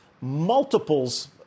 multiples